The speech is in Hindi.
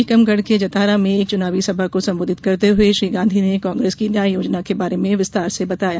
टीकमगढ़ के जतारा में एक चुनावी सभा को संबोधित करते हुये श्री गांधी ने कांग्रेस की न्याय योजना के बारे में विस्तार से बताया